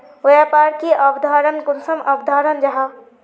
व्यापार की अवधारण कुंसम अवधारण जाहा?